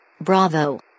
Bravo